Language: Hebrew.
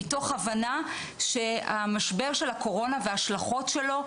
מתוך הבנה שהמשבר של הקורונה וההשלכות שלו,